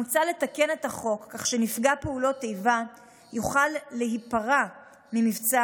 מוצע לתקן את החוק כך שנפגע פעולות איבה יוכל להיפרע ממבצע